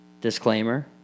disclaimer